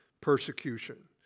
persecution